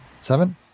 Seven